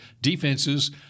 defenses